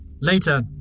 Later